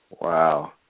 Wow